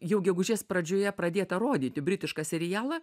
jau gegužės pradžioje pradėtą rodyti britišką serialą